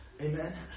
Amen